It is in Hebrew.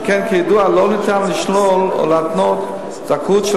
שכן כידוע לא ניתן לשלול או להתנות זכאות של